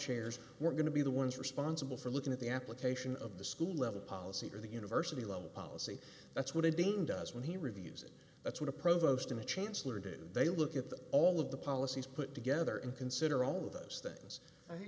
chairs were going to be the ones responsible for looking at the application of the school level policy or the university level policy that's what a dean does when he reviews it that's what a provost in a chancellor did they look at the all of the policies put together and consider all of those things